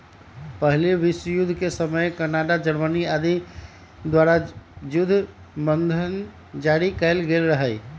पहिल विश्वजुद्ध के समय कनाडा, जर्मनी आदि द्वारा जुद्ध बन्धन जारि कएल गेल रहै